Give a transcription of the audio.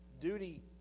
duty